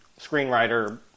screenwriter